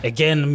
Again